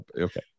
okay